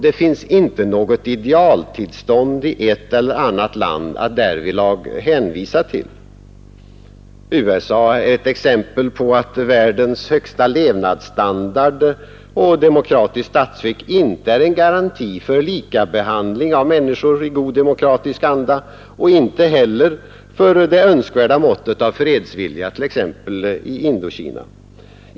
Det finns inte något idealtillstånd i ett eller annat land att därvid hänvisa till. USA är ett exempel på att världens högsta levnadsstandard och demokratiskt statsskick inte är någon garanti för likabehandling av människor i god demokratisk anda och inte heller för det önskvärda måttet av fredsvilja, t.ex. i Indokina.